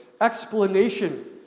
explanation